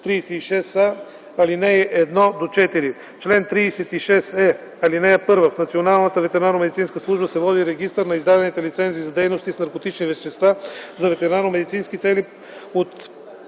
36а, ал. 1-4. Чл. 36е. (1) В Националната ветеринарномедицинска служба се води регистър на издадените лицензии за дейности с наркотични вещества за ветеринарномедицински цели от